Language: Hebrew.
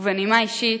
ובנימה אישית,